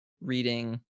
reading